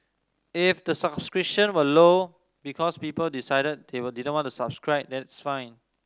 if the subscription were low because people decided they didn't want to subscribe that's fine